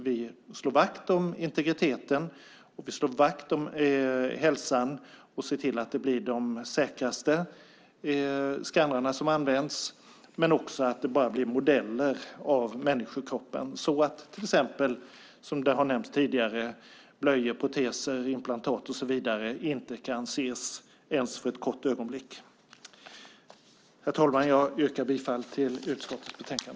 Vi slår vakt om integriteten och hälsan och kommer att se till att det blir de säkraste skannrarna som används. Vi ska också se till att det bara blir modeller av människokroppen så att till exempel blöjor, proteser, inplantat och så vidare inte kan ses ens för ett kort ögonblick. Herr talman! Jag yrkar bifall till utskottets förslag.